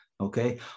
okay